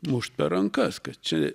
mušt per rankas kad čia